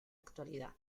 actualidad